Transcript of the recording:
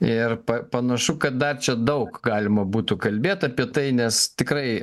ir panašu kad dar čia daug galima būtų kalbėt apie tai nes tikrai